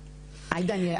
עאידה,